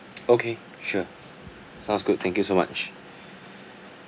okay sure sounds good thank you so much